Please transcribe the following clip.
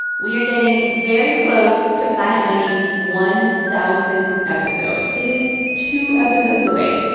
we are getting very close to planet money's one thousandth episode. it is two episodes away.